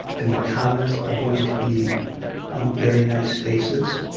and the comments are going to be um very nice basis.